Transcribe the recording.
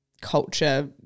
culture